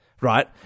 Right